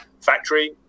factory